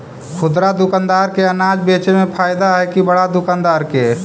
खुदरा दुकानदार के अनाज बेचे में फायदा हैं कि बड़ा दुकानदार के?